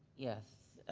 yes.